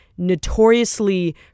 notoriously